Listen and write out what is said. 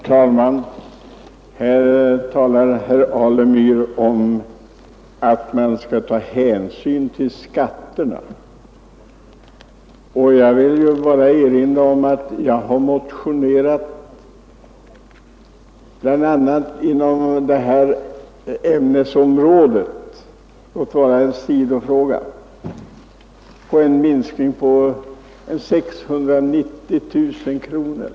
Herr talman! Här talar herr Alemyr om att man skall ta hänsyn till skatterna. Jag vill bara erinra om att jag har motionerat bl.a. inom det här ämnesområdet — låt vara i en sidofråga — om en minskning på 690 000 kronor.